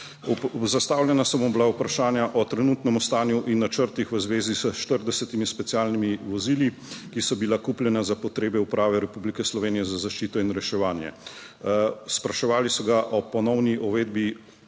Zastavljena so mu bila vprašanja o trenutnem stanju in načrtih v zvezi s 40 specialnimi vozili, ki so bila kupljena za potrebe Uprave Republike Slovenije za zaščito in reševanje. Spraševali so ga o ponovni uvedbi,